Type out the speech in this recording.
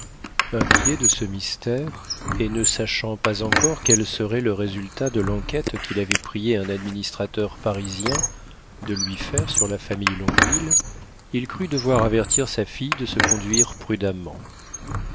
inquiet de ce mystère et ne sachant pas encore quel serait le résultat de l'enquête qu'il avait prié un administrateur parisien de lui faire sur la famille longueville il crut devoir avertir sa fille de se conduire prudemment